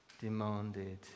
demanded